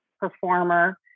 performer